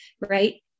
right